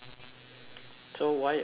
so why why they restart